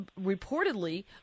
reportedly